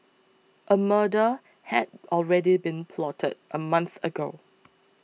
a murder had already been plotted a month ago